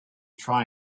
try